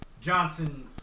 Johnson